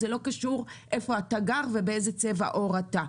זה לא קשור איפה אתה גר ובאיזה צבע עור אתה.